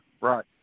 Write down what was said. Right